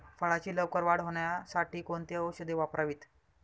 फळाची लवकर वाढ होण्यासाठी कोणती औषधे वापरावीत?